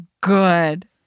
good